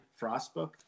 Frostbook